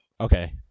Okay